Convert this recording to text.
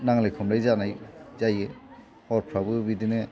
नांलाय खमलाय जानाय जायो हरफ्रावबो बिदिनो